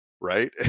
right